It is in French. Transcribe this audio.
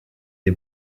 des